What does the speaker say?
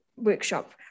workshop